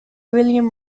william